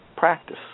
practice